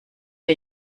der